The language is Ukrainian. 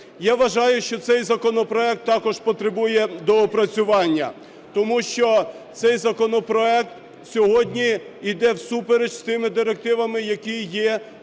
Я вважаю, що цей законопроект також потребує доопрацювання, тому що цей законопроект сьогодні йде всупереч з тими директивами, які є в